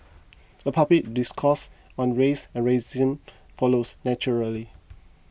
a public discourse on race and racism follows naturally